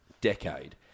decade